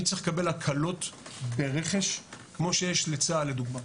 אני צריך לקבל הקלות ברכש כמו שיש לצה"ל לדוגמה.